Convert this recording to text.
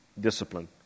discipline